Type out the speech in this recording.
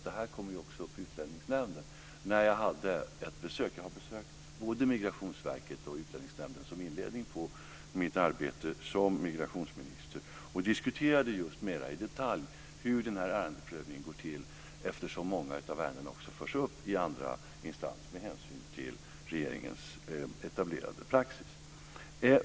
Detta kommer ju också upp i Utlänningsnämnden. Jag har besökt både Migrationsverket och Utlänningsnämnden som inledning på mitt arbete som migrationsminister och diskuterat mer i detalj hur den här ärendeprövningen går till. Många av ärendena förs också upp i andra instanser med hänsyn till regeringens etablerade praxis.